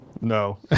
No